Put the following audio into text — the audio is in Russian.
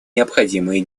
необходимые